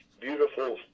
beautiful